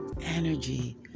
energy